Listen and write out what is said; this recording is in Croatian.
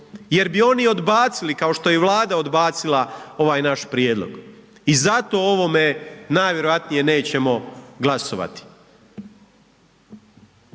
jer bi oni odbacili, kao što je i Vlada odbacila ovaj naš prijedlog i zato o ovome najvjerojatnije nećemo glasovati.